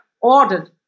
ordered